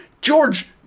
George